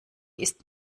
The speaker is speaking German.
ist